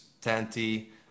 Tanti